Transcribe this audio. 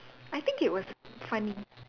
I think it was funny